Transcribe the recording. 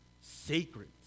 Sacred